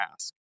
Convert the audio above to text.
ask